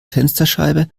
fensterscheibe